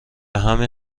همین